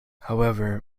however